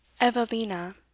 Evelina